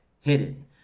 hidden